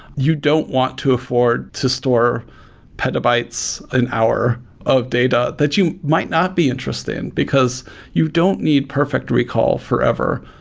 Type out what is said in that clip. you don't want to afford to store petabytes an hour or data that you might not be interested in, because you don't need perfect recall forever.